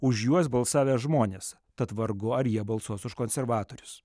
už juos balsavę žmonės tad vargu ar jie balsuos už konservatorius